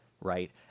right